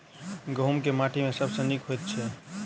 गहूम केँ माटि मे सबसँ नीक होइत छै?